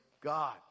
God